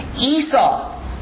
Esau